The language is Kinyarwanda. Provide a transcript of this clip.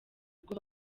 urwo